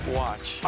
watch